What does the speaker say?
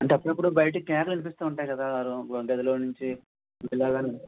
అంటే అప్పుడు అప్పుడు బయటికి కేకలు వినిపిస్తూ ఉంటాయి కదా రూ గదిలో నుంచి ఇలా అని